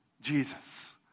Jesus